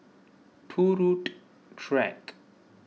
Turut Track